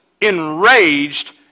enraged